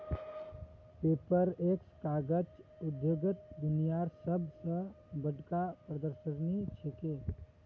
Paperex कागज उद्योगत दुनियार सब स बढ़का प्रदर्शनी छिके